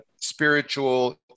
spiritual